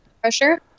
pressure